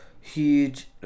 huge